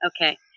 Okay